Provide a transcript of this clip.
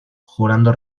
jurando